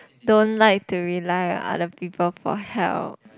don't like to rely on other people for help